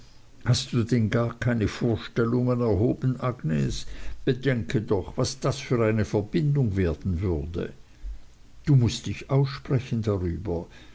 hast du denn dagegen gar keine vorstellungen erhoben agnes bedenke doch was das für eine verbindung werden würde du mußt dich aussprechen darüber